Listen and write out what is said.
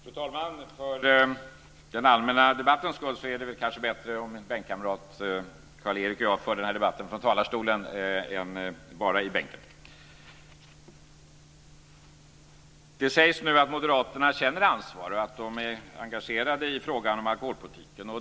Fru talman! För den allmänna debattens skull är det väl bättre om min bänkkamrat Carl Erik Hedlund och jag för debatten från talarstolen än bara i bänken. Det sägs nu att moderaterna känner ansvar och är engagerade i frågan om alkoholpolitiken.